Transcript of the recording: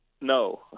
No